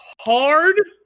hard